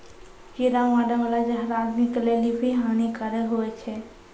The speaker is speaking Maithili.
कीड़ा मारै बाला जहर आदमी के लेली भी हानि कारक हुवै छै